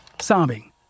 sobbing